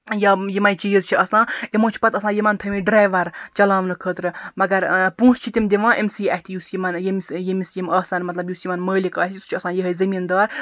یا یِمے چیٖز چھِ آسان تمو چھِ پَتہٕ آسان یِمَن تھیمٕتۍ ڈرایوَر چَلاونہٕ خٲطرٕ مَگَر پونٛسہِ چھِ تِم دِوان أمسٕے اتھہِ یُس یِمَن یٔمس یِم آسن مَطلَب یُس یِمَن مٲلِک آسہِ سُہ چھُ آسان یہے زمیٖندار